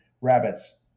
rabbits